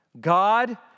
God